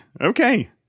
okay